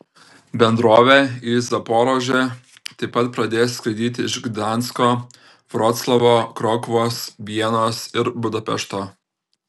bendrovė į zaporožę taip pat pradės skraidyti iš gdansko vroclavo krokuvos vienos ir budapešto